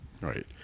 Right